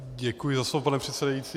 Děkuji za slovo, pane předsedající.